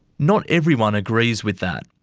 not everyone agrees with that.